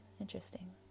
Interesting